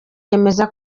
yemeza